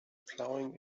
plowing